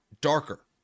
darker